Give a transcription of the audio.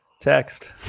text